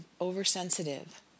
oversensitive